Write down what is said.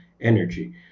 energy